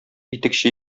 итекче